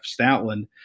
Stoutland